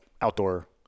outdoor